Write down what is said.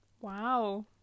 wow